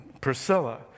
Priscilla